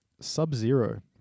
Sub-Zero